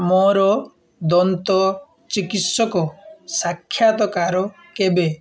ମୋର ଦନ୍ତ ଚିକିତ୍ସକ ସାକ୍ଷାତକାର କେବେ